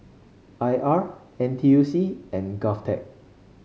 I R N T U C and Govtech